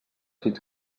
fins